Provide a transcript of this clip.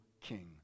king